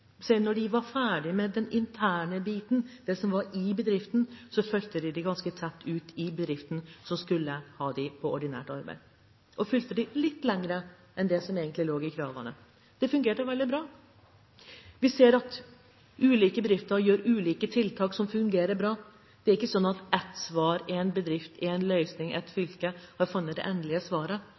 var ferdig med den interne biten, det som var i bedriften, fulgte de arbeidstakerne ganske tett ut i den bedriften hvor de skulle i ordinært arbeid – fulgte dem litt lenger enn det som egentlig lå i kravene. Det fungerte veldig bra. Vi ser at ulike bedrifter iverksetter ulike tiltak som fungerer bra. Det er ikke slik at ett svar, én bedrift, én løsning, ett fylke – da fant vi det endelige svaret.